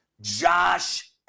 Josh